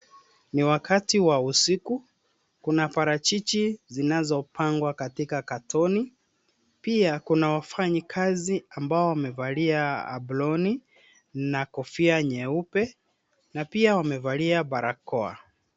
Ni wakati wa usiku, kuna parachichi zinazopangwa katika katoni, pia kuna wafanyikazi ambao wamevalia aproni na kofia nyeupe, na pia wamevalia barakoa.